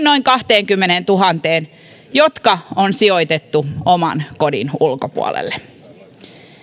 noin kahdenkymmenentuhannen jotka on sijoitettu oman kodin ulkopuolelle